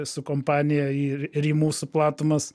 su kompanija ir ir į mūsų platumas